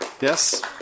yes